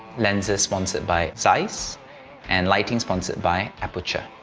lenses sponsored by zeiss and lighting sponsored by aputure.